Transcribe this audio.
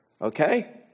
Okay